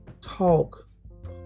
Talk